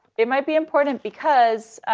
it might be important because,